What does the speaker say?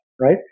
right